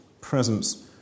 Presence